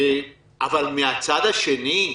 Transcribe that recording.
אבל מצד שני,